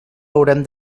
haurem